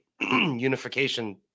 unification